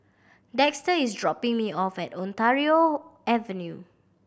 Dexter is dropping me off at Ontario Avenue